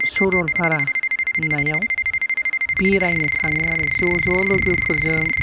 सरलपारा होननायाव बेरायनो थाङो आरो ज' ज' लोगोफोरजों